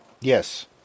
Yes